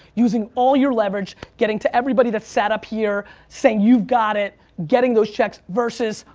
using all your leverage, getting to everybody that sat up here, say you've got it, getting those checks, versus,